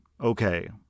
okay